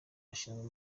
ashinzwe